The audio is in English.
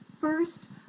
First